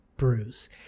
bruise